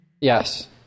Yes